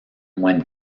when